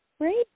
Great